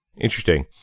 interesting